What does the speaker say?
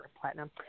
platinum